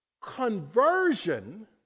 Conversion